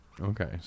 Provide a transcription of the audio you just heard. Okay